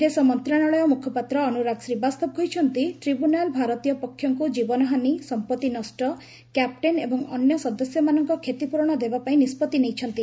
ବିଦେଶ ମନ୍ତ୍ରଶାଳୟ ମୁଖପାତ୍ର ଅନୁରାଗ ଶ୍ରୀବାସ୍ତବ କହିଛନ୍ତି ଟ୍ରିବ୍ୟୁନାଲ୍ ଭାରତୀୟ ପକ୍ଷଙ୍କୁ ଜୀବନହାନୀ ସମ୍ପଭି ନଷ୍ଟ କ୍ୟାପଟେନ୍ ଏବଂ ଅନ୍ୟ ସଦସ୍ୟମାନଙ୍କ କ୍ଷତିପ୍ରରଣ ଦେବା ପାଇଁ ନିଷ୍ପଭି ନେଇଛନ୍ତି